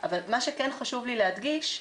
מה שכן חשוב לי להדגיש,